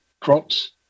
crops